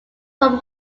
from